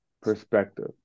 perspective